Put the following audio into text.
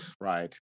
right